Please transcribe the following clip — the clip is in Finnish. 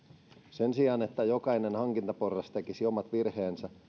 sen sijaan että jokainen hankintaporras tekisi omat virheensä